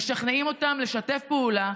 משכנעים אותם לשתף פעולה,